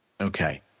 Okay